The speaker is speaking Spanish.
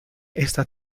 esta